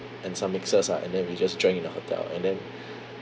and some mixers lah and then we just drank in the hotel and then